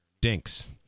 dinks